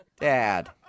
Dad